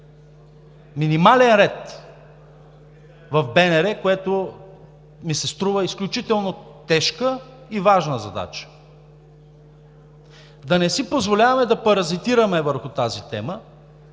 минимален ред в БНР, което ми се струва изключително тежка и важна задача. Да не си позволяваме да паразитираме върху тази тема,